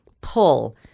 pull